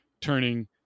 turning